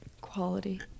quality